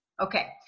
Okay